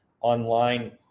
online